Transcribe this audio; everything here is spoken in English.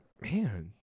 Man